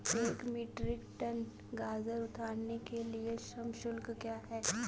एक metric ton गाजर उतारने के लिए श्रम शुल्क क्या है?